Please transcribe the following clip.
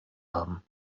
haben